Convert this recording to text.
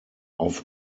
auf